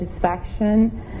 satisfaction